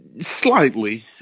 Slightly